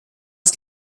ist